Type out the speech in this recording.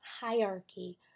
hierarchy